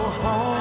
home